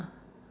ah